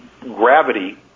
gravity